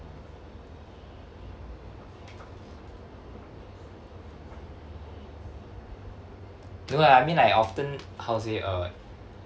no lah I mean like I often how to say uh